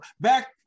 back